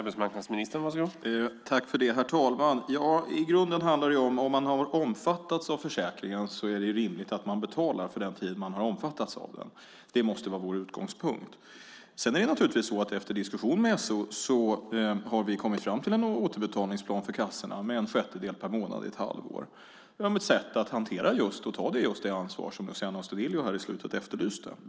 Herr talman! I grunden handlar det om att om man har omfattats av försäkringen är det rimligt att man betalar för den tid då man har omfattats av den. Det måste vara vår utgångspunkt. Sedan är det naturligtvis så att vi, efter en diskussion med SO, har kommit fram till en återbetalningsplan för kassorna med en sjättedel per månad i ett halvår. Det är ett sätt att just ta det ansvar som Luciano Astudillo efterlyste här i slutet.